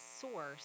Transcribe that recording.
source